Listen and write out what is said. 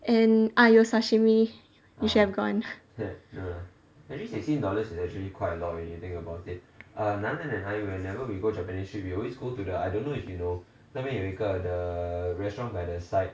and ah 有 sashimi you should have